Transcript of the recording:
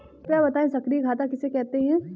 कृपया बताएँ सक्रिय खाता किसे कहते हैं?